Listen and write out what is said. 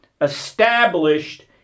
established